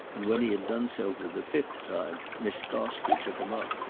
and when he had done so for the fifth time miss gostrey took him up.